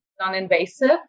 non-invasive